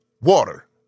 Water